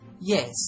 yes